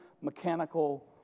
mechanical